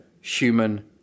human